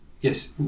yes